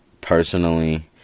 Personally